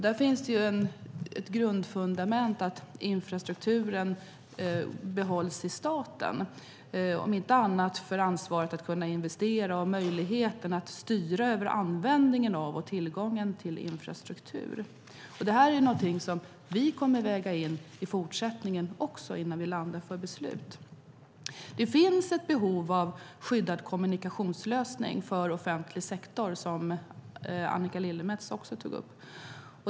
Det finns ett grundfundament att infrastrukturen behålls i staten, om inte annat för att kunna investera och för möjligheten att styra över användningen av och tillgången till infrastruktur. Det är någonting som vi kommer att väga in i fortsättningen innan vi landar för beslut. Det finns ett behov av en skyddad kommunikationslösning för offentlig sektor, som Annika Lillemets också tog upp.